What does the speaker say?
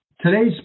Today's